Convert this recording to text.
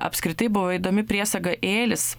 apskritai buvo įdomi priesaga ėlis